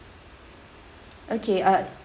okay uh